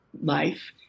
life